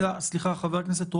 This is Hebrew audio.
חבר הכנסת רוטמן,